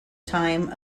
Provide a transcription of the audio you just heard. time